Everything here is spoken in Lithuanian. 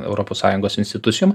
europos sąjungos institucijom